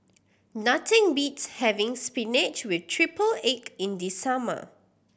nothing beats having spinach with triple egg in the summer